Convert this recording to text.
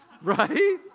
Right